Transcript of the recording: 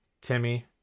Timmy